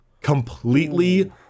completely